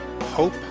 hope